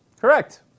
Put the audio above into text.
Correct